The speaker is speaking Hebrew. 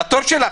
אז בתור שלך.